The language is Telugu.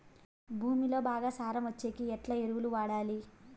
భూమిలో బాగా సారం వచ్చేకి ఎట్లా ఎరువులు వాడాలి?